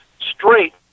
straight